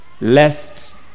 lest